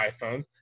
iPhones